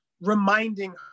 reminding